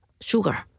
sugar